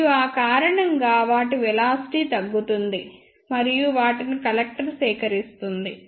మరియు ఆ కారణంగా వాటి వెలాసిటీ తగ్గుతుంది మరియు వాటిని కలెక్టర్ సేకరిస్తుంది